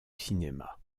cinéma